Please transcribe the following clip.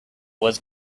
was